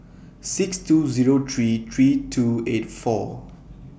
six two Zero three three two eight four